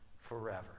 forever